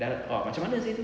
macam mana seh tu